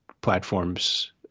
platforms